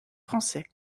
français